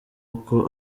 uko